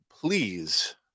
Please